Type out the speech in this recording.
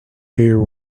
hear